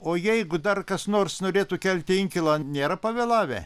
o jeigu dar kas nors norėtų kelti inkilą nėra pavėlavę